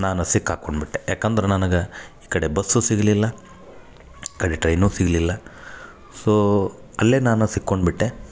ನಾನು ಸಿಕ್ ಆಕೊಂಡ್ಬಿಟ್ಟೆ ಯಾಕಂದ್ರೆ ನನಗೆ ಈ ಕಡೆ ಬಸ್ಸು ಸಿಗಲಿಲ್ಲ ಈ ಕಡೆ ಟ್ರೇನು ಸಿಗಲಿಲ್ಲ ಸೋ ಅಲ್ಲೆ ನಾನು ಸಿಕ್ಕೊಂಡು ಬಿಟ್ಟೆ